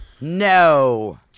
no